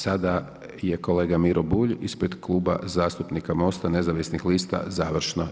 Sada je kolega Miro Bulj ispred Kluba zastupnika MOST-a nezavisnih lista, završno.